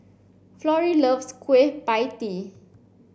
Florie loves Kueh Pie Tee